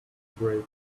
break